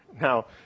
Now